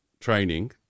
training